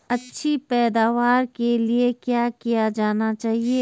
अच्छी पैदावार के लिए क्या किया जाना चाहिए?